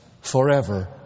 forever